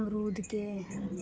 अमरूदके